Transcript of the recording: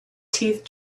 teeth